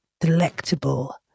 delectable